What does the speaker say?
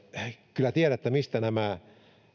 kyllä tiedä mistä ovat nämä